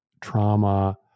trauma